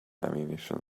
ammunition